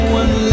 one